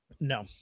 No